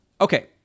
Okay